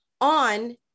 on